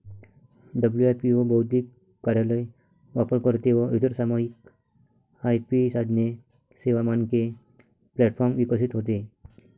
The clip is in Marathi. डब्लू.आय.पी.ओ बौद्धिक कार्यालय, वापरकर्ते व इतर सामायिक आय.पी साधने, सेवा, मानके प्लॅटफॉर्म विकसित होते